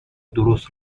درست